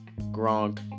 Gronk